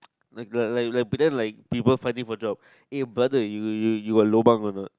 like the like like pretend like people finding for jobs eh brother you you you got lobang or not